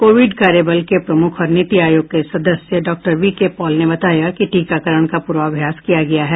Covid कार्यबल के प्रमुख और नीति आयोग के सदस्य डॉ वीके पॉल ने बताया कि टीकाकरण का पूर्वाभ्यास किया गया है